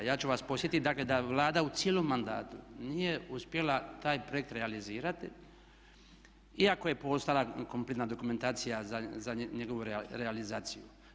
Ja ću vas podsjetiti, dakle da Vlada u cijelom mandatu nije uspjela taj projekt realizirati iako je postojala kompletna dokumentacija za njegovu realizaciju.